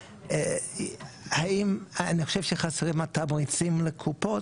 האם אני חושב שחסרים התמריצים לקופות?